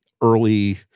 early –